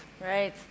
Right